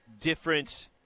different